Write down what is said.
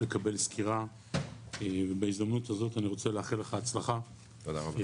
לקבל סקירה ובהזדמנות הזאת אני רוצה לאחל לך הצלחה בתפקיד.